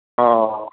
ਹਾਂ